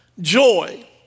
joy